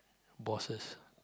bosses